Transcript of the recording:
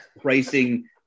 pricing